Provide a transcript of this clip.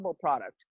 product